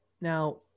Now